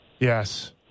Yes